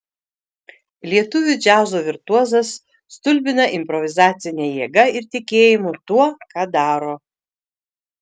lietuvių džiazo virtuozas stulbina improvizacine jėga ir tikėjimu tuo ką daro